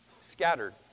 ...scattered